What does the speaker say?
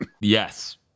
Yes